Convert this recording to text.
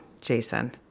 Jason